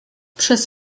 przez